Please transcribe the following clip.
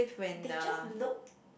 they just look